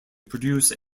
produce